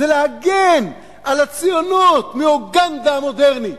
זה להגן על הציונות מאוגנדה המודרנית,